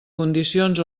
condicions